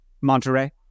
Monterey